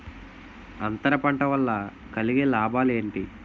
అంతర పంట వల్ల కలిగే లాభాలు ఏంటి